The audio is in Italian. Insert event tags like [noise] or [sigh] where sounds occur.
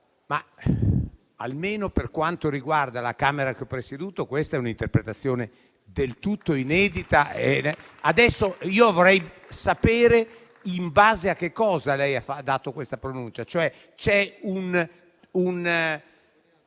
ma almeno per quanto riguarda la Camera che ho presieduto, questa è un'interpretazione del tutto inedita. [applause] Adesso vorrei sapere in base a che cosa lei ha dato questa pronuncia. Sulla